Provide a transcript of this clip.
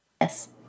Yes